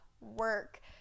work